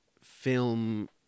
film